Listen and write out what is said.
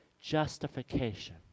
justification